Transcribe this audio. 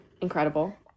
incredible